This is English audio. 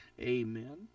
Amen